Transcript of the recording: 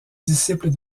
disciple